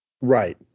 Right